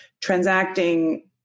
transacting